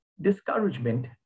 discouragement